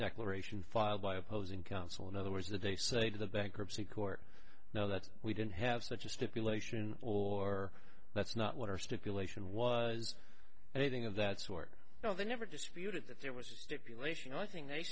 declaration filed by opposing counsel in other words that they say to the bankruptcy court now that we didn't have such a stipulation or that's not what our stipulation was anything of that sort now the never disputed that there was a stipulation i think they